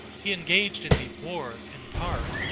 he engaged in these wars, in part,